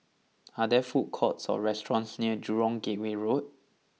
are there food courts or restaurants near Jurong Gateway Road